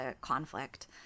conflict